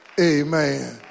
Amen